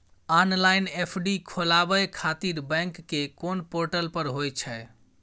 Online FD खोलाबय खातिर bank के कोन पोर्टल पर होए छै?